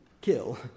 kill